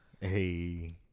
Hey